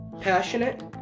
passionate